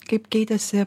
kaip keitėsi